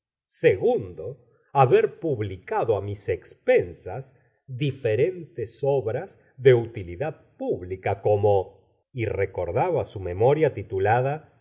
haber publicado á mis expensas diferentes obras de utilidad pública como y recordaba su memoria titulada